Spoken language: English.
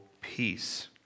peace